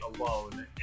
alone